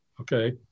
okay